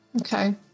Okay